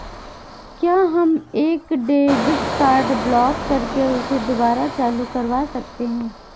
क्या हम एक डेबिट कार्ड ब्लॉक करके उसे दुबारा चालू करवा सकते हैं?